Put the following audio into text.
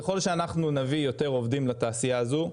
ככל שאנחנו נביא יותר עובדים לתעשייה הזו,